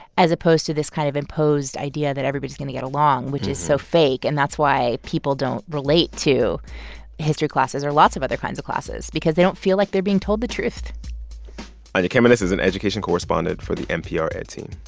as opposed to this kind of imposed idea that everybody's going to get along, which is so fake? and that's why people don't relate to history classes or lots of other kinds of classes because they don't feel like they're being told the truth anya kamenetz is an education correspondent for the npr ed team.